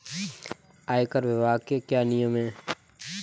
आयकर विभाग के क्या नियम हैं?